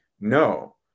no